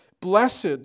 Blessed